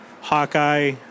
Hawkeye